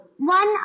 One